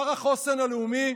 שר החוסן הלאומי,